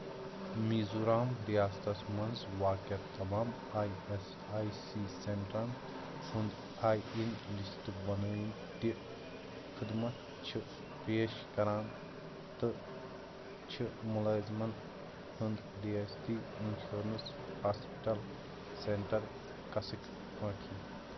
میٖزورام رِیاستس مَنٛز واقعہٕ تمام آی ایس آی سی سینٹرَن ہُنٛد آی اِن لسٹ بناو یِم تہِ خدمت چھِ پیش کران تہٕ چھِ مُلٲزِمن ہُنٛد رِیٲستی اِنشورَنس ہاسپِٹل سینٹر قسک پٲٹھۍ